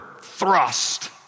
thrust